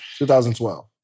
2012